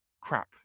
crap